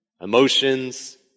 emotions